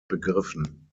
begriffen